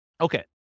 Okay